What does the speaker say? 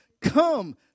come